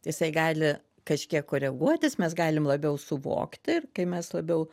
jisai gali kažkiek koreguotis mes galim labiau suvokti ir kai mes labiau